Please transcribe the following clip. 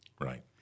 Right